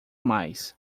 mais